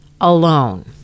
alone